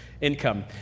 income